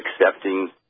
Accepting